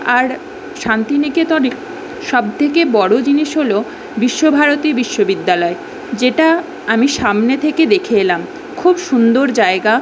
আর শান্তিনিকেতনে সব থেকে বড়ো জিনিস হলো বিশ্বভারতী বিশ্ববিদ্যালয় যেটা আমি সামনে থেকে দেখে এলাম খুব সুন্দর জায়গা